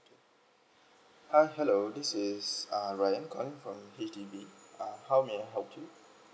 hi hello this is uh ryan calling from H_D_B uh how may I help you